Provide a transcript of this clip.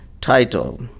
title